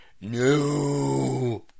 No